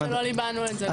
חבל שלא ליבנו את זה.